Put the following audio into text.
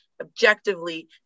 objectively